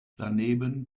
daneben